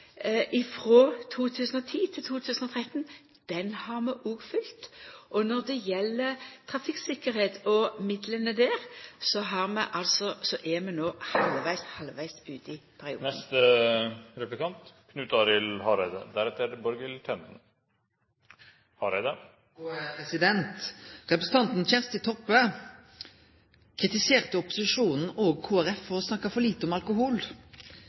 2010 til 2013. Den har vi òg følgt. Når det gjeld trafikktryggleik og midlane der, er vi no halvvegs ute i perioden. Representanten Kjersti Toppe kritiserte opposisjonen og Kristeleg Folkeparti for å snakke for lite om alkohol. Det